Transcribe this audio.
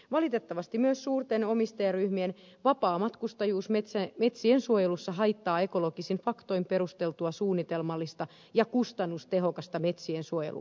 valitettavasti myös suurten omistajaryhmien vapaamatkustajuus metsiensuojelussa haittaa ekologisin faktoin perusteltua suunnitelmallista ja kustannustehokasta metsiensuojelua